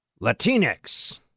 Latinx